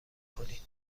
کنید